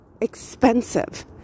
expensive